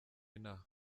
inaha